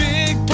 Big